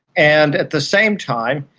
and at the same time,